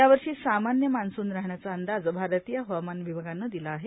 यावर्षी सामान्य मान्सून राहाण्याचा अंदाज भारतीय हवामान विभागानं दिला आहे